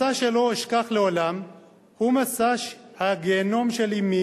מסע שלא אשכח לעולם הוא מסע הגיהינום של אמי